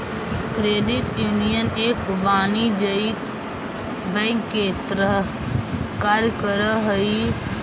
credit union एक वाणिज्यिक bank के तरह कार्य करऽ हइ